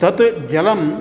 तत् जलं